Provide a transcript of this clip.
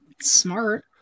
smart